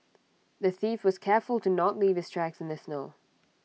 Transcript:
the thief was careful to not leave his tracks in the snow